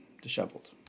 disheveled